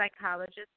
psychologist